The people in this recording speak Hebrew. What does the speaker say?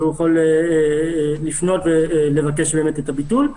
והוא יכול לפנות ולבקש את הביטול.